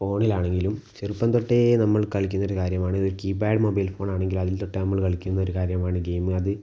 ഫോണിലാണെങ്കിലും ചെറുപ്പം തൊട്ടേ നമ്മൾ കളിക്കുന്ന ഒരു കാര്യമാണ് കീ പാഡ് മൊബൈൽ ഫോണാണെങ്കിലും അതിൽ തൊട്ട് നമ്മള് കളിക്കുന്ന കാര്യമാണ് ഗെയിം അത്